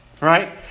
right